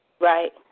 Right